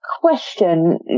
question